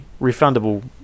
refundable